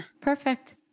Perfect